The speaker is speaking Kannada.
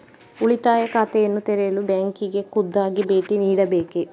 ಉಳಿತಾಯ ಖಾತೆಯನ್ನು ತೆರೆಯಲು ಬ್ಯಾಂಕಿಗೆ ಖುದ್ದಾಗಿ ಭೇಟಿ ನೀಡಬೇಕೇ?